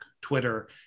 Twitter